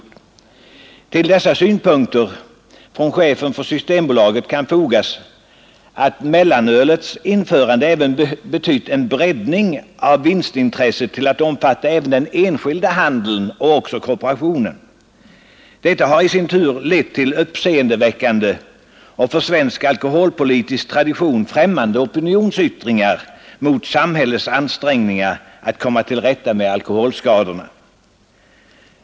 Till dessa synpunkter från chefen för Systembolaget kan fogas att mellanölets införande även betytt en breddning av vinstintresset till att omfatta även den enskilda handeln och kooperationen. Detta har i sin tur lett till uppseendeväckande och för svensk alkoholpolitisk tradition främmande opinionsyttringar mot sam hällets ansträngningar att komma till rätta med alkoholskadorna.